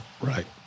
right